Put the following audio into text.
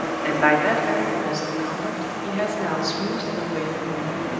and by that very course of conduct he has now smoothed the way for me,